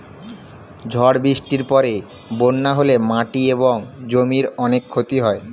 ঝড় বৃষ্টির পরে বন্যা হলে মাটি এবং জমির অনেক ক্ষতি হয়